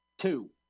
two